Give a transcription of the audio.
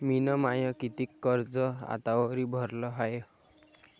मिन माय कितीक कर्ज आतावरी भरलं हाय?